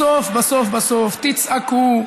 בסוף בסוף בסוף תצעקו,